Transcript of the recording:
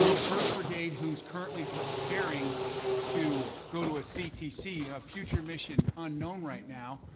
the first brigade, who's currently preparing to go to a ctc, a future mission unknown right now,